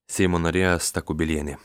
seimo narė asta kubilienė